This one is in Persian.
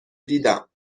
دیدم